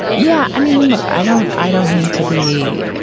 yeah. i mean and look i don't i don't mean to be.